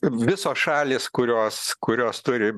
visos šalys kurios kurios turi